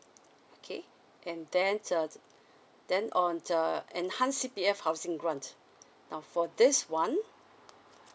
okay and then uh then on the enhance C_P_F housing grant now for this one